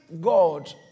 God